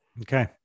Okay